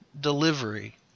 delivery